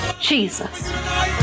Jesus